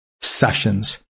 Sessions